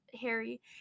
Harry